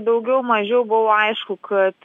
daugiau mažiau buvo aišku kad